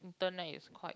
internet is quite